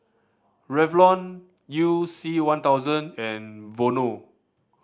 Revlon You C One thousand and Vono